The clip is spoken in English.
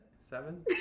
Seven